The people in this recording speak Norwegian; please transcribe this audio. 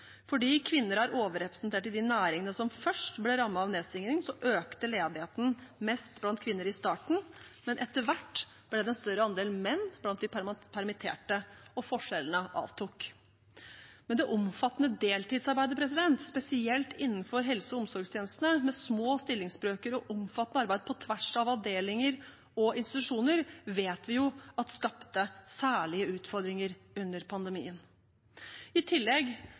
Fordi kvinner er overrepresentert i de næringene som først ble rammet av nedstengningen, økte ledigheten mest blant kvinner i starten, men etter hvert ble det en større andel menn blant de permitterte, og forskjellene avtok. Men det omfattende deltidsarbeidet, spesielt innenfor helse- og omsorgstjenestene med små stillingsbrøker og omfattende arbeid på tvers av avdelinger og institusjoner, vet vi jo at skapte særlige utfordringer under pandemien I tillegg